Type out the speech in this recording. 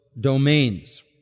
domains